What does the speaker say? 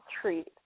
treat